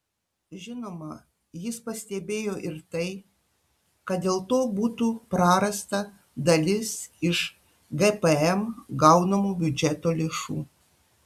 žinoma jis pastebėjo ir tai kad dėl to būtų prarasta dalis iš gpm gaunamų biudžeto lėšų